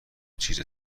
چیز